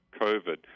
COVID